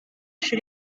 chez